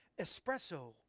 Espresso